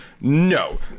no